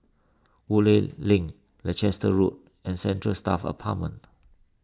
Woodleigh Link Leicester Road and Central Staff Apartment